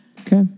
Okay